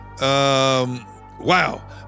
Wow